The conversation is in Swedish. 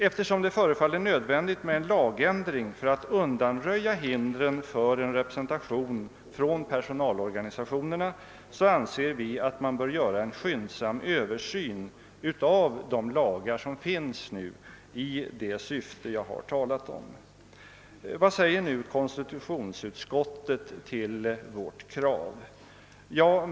Eftersom det kan vara nödvändigt med en lagändring för att undanröja hindren för en representation från personalorganisationerna, anser vi att det bör göras en skyndsam översyn av nu gällande lagar i det syfte jag har antytt. Vad säger nu konstitutionsutskottet om vårt krav?